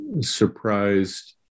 surprised